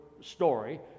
story